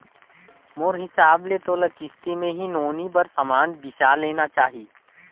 मोर हिसाब ले तोला किस्ती मे ही नोनी बर समान बिसा लेना चाही